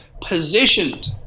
positioned